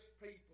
people